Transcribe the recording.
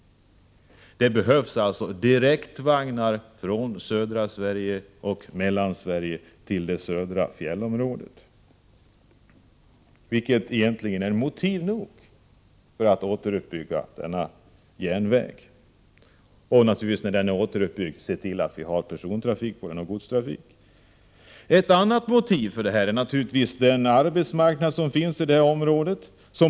Det behövs alltså direktvagnar från södra och mellersta Sverige till det södra fjällområdet. Det är egentligen motiv nog för att återuppbygga denna järnväg. När det har skett skall man naturligtvis se till att det finns både personoch godstrafik. Ett annat motiv för detta är naturligtvis arbetsmarknadssituationen i området.